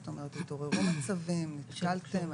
זאת אומרת התעוררו מצבים, נתקלתם?